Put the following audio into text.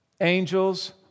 Angels